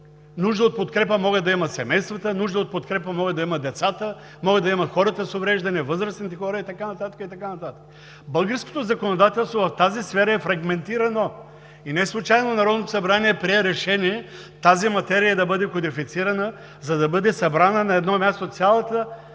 Нужда от подкрепа могат да имат семействата, нужда от подкрепа могат да имат децата, могат да имат хората с увреждания, възрастните хора и така нататък, и така нататък. Българското законодателство в тази сфера е фрагментирано. И неслучайно Народното събрание прие решение тази материя да бъде кодифицирана, за да бъде събрана на едно място цялата